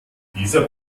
dieser